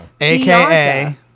aka